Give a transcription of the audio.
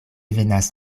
venas